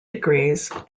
degrees